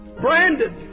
branded